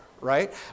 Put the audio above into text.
right